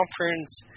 conference